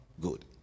Good